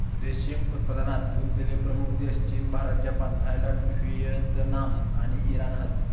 रेशीम उत्पादनात गुंतलेले प्रमुख देश चीन, भारत, जपान, थायलंड, व्हिएतनाम आणि इराण हत